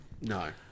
No